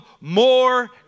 more